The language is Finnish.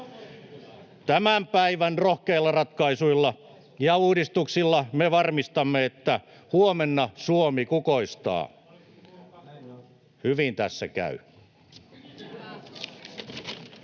Tämän päivän rohkeilla ratkaisuilla ja uudistuksilla me varmistamme, että huomenna Suomi kukoistaa. Hyvin tässä käy.